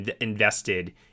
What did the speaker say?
invested